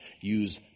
use